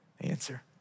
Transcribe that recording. answer